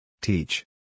Teach